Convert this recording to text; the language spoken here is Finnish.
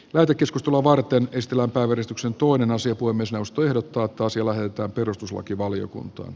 lämpökeskustulovarteen ristilän tarkistuksen tuoden asia pui myös joustoja jotka tosin lähetetään perustuslakivaliokuntaan